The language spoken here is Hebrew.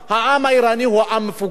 העם האירני הוא עם מפוכח,